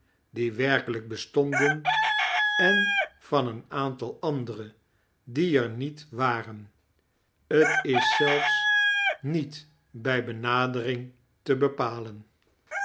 die werkelijk bestonden en van een aantal andere die er niet waren t is zelfs niet bij benadering te bepalen